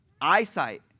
eyesight